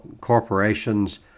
corporations